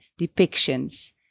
depictions